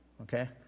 Okay